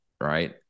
right